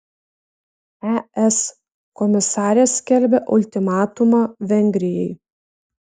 es komisarė skelbia ultimatumą vengrijai